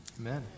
Amen